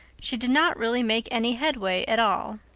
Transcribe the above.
she did not really make any headway at all.